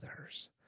others